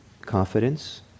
confidence